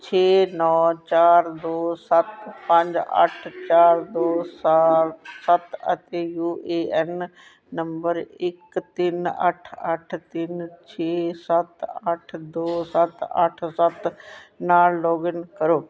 ਛੇ ਨੌ ਚਾਰ ਦੋ ਸੱਤ ਪੰਜ ਅੱਠ ਚਾਰ ਦੋ ਚਾਰ ਸੱਤ ਅਤੇ ਯੂ ਏ ਐੱਨ ਨੰਬਰ ਇੱਕ ਤਿੰਨ ਅੱਠ ਅੱਠ ਤਿੰਨ ਛੇ ਸੱਤ ਅੱਠ ਦੋ ਸੱਤ ਅੱਠ ਸੱਤ ਨਾਲ ਲੌਗਇਨ ਕਰੋ